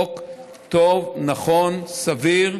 זה חוק טוב, נכון, סביר,